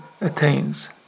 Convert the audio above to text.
attains